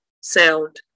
sound